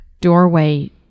doorway